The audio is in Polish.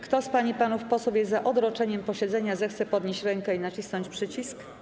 Kto z pań i panów posłów jest za odroczeniem posiedzenia, zechce podnieść rękę i nacisnąć przycisk.